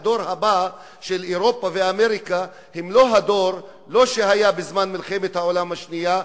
והדור הבא של אירופה ואמריקה הם לא הדור שהיה בזמן מלחמת העולם השנייה,